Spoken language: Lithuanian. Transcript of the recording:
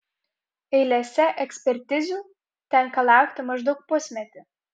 eilėse ekspertizių tenka laukti maždaug pusmetį